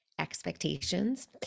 expectations